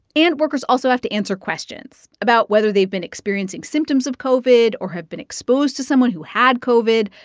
and workers also have to answer questions about whether they've been experiencing symptoms of covid or have been exposed to someone who had covid.